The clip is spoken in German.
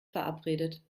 verabredet